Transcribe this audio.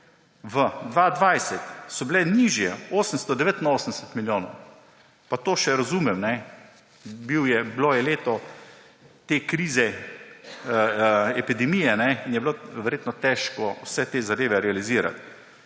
2020 so bile nižje, 889 milijonov. Pa to še razumem, bilo je leto te krize, epidemije, in je bilo verjetno težko vse te zadeve realizirati.